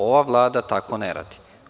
Ova Vlada tako ne radi.